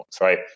right